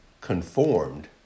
conformed